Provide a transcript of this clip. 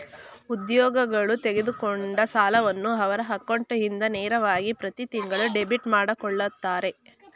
ಉದ್ಯೋಗಗಳು ತೆಗೆದುಕೊಂಡ ಸಾಲವನ್ನು ಅವರ ಅಕೌಂಟ್ ಇಂದ ನೇರವಾಗಿ ಪ್ರತಿತಿಂಗಳು ಡೆಬಿಟ್ ಮಾಡಕೊಳ್ಳುತ್ತರೆ